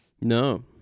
No